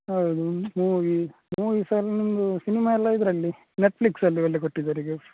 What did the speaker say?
ಹೌದು movie movie movie ಸಹ ಎಲ್ಲ ಸಿನಿಮಾ ಎಲ್ಲ ಇದರಲ್ಲಿ ನೆಟ್ಫ್ಲಿಸ್ ಅಲ್ಲಿ ಒಳ್ಳೆ ಕೊಟ್ಟಿದ್ದಾರೆ ಈಗ